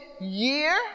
year